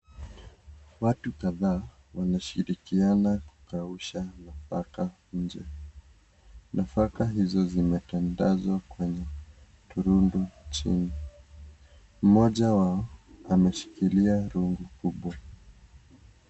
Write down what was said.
Watu kadhaa wanashirikiana kukausha nafaka nje, nafaka hizo zimetandazwa kwenye urundu chini mmoja wao ameshikilia rungu kubwa.